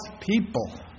people